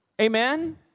Amen